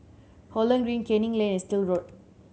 Holland Green Canning Lane and Still Road